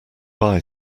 buy